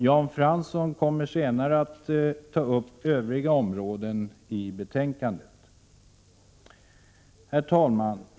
Jan Fransson kommer senare att ta upp övriga delar av betänkandet. Herr talman!